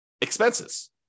expenses